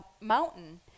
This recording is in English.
mountain